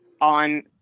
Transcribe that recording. on